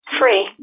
free